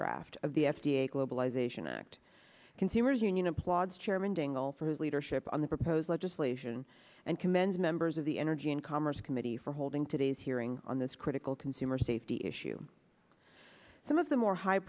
draft of the f d a globalization act consumers union applauds chairman dingell for his leadership on the proposed legislation and commend members of the energy and commerce committee for holding today's hearing on this critical consumer safety issue some of the more high